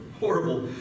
Horrible